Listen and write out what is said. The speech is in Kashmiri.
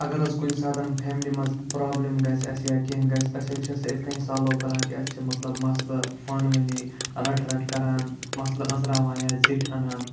اگر حظ کُنہِ ساتَن فیملی منٛز پرٛابلِم گژھِ اَسہِ یا کینٛہہ گژھِ أسۍ حظ چھِ سۄ اِتھ کٔنۍ سالُو کَران کہِ أسۍ چھِ مطلب مَسلہٕ پانہٕ ؤنی رَٹہٕ رَٹہٕ کَران مسلہٕ أنٛزراوان یا زِٹھۍ اَنان